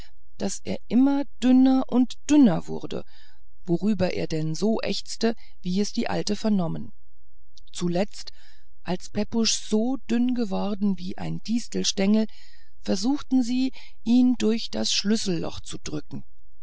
daß er immer dünner und dünner wurde worüber er denn so ächzte wie es die alte vernommen zuletzt als pepusch so dünn geworden wie ein distelstengel versuchten sie ihn durch das schlüsselloch zu drücken